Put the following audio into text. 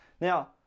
Now